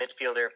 midfielder